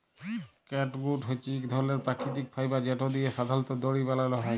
catgut হছে ইক ধরলের পাকিতিক ফাইবার যেট দিঁয়ে সাধারলত দড়ি বালাল হ্যয়